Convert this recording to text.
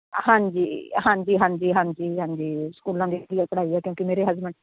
ਹਾਂਜੀ ਹਾਂਜੀ ਹਾਂਜੀ ਹਾਂਜੀ ਹਾਂਜੀ ਸਕੂਲਾਂ ਦੀ ਵਧੀਆ ਪੜ੍ਹਾਈ ਹੈ ਕਿਉਂਕਿ ਮੇਰੇ ਹਸਬੈਂਡ